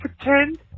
pretend